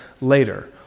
later